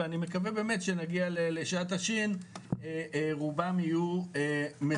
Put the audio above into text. ואני מקווה באמת שכשנגיע לשעת השי"ן רובם יהיו מסודרים.